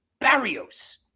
Barrios